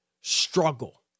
struggle